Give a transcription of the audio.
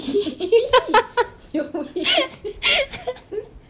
!ee! you wish